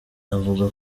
avuga